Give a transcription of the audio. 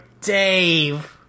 Dave